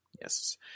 Yes